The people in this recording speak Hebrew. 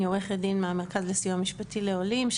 אני עו"ד מהמרכז לסיוע משפטי לעולים,